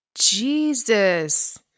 jesus